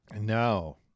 No